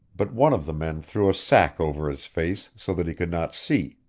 but one of the men threw a sack over his face, so that he could not see.